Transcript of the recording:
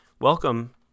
Welcome